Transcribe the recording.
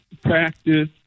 practice